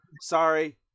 sorry